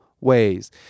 ways